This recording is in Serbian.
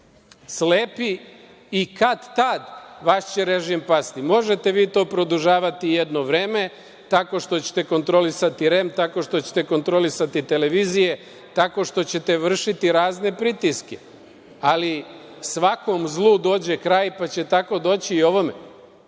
slepi i kad-tad vaš će režim pasti. Možete vi to produžavati jedno vreme tako što ćete kontrolisati REM, tako što ćete kontrolisati televizije, tako što ćete vršiti razne pritiske, ali svakom zlu dođe kraj pa će tako doći i ovome. Vi